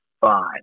five